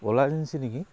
Ola agency নেকি